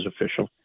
official